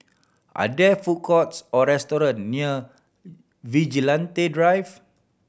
are there food courts or restaurant near Vigilante Drive